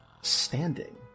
standing